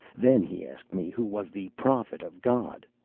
then he asked me who was the prophet of god,